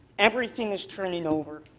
everything is turning over,